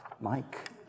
Mike